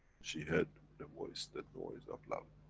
she heard the voice, the noise of love.